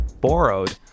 borrowed